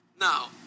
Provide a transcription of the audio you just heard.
Now